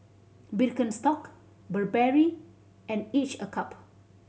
Birkenstock Burberry and Each a Cup